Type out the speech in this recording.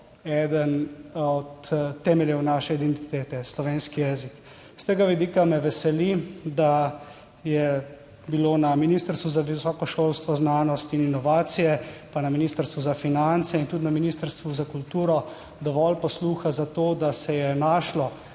eden od temeljev naše identitete - slovenski jezik. S tega vidika me veseli, da je bilo na Ministrstvu za visoko šolstvo, znanost in inovacije pa na Ministrstvu za finance in tudi na Ministrstvu za kulturo dovolj posluha za to, da se je našlo